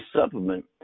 supplement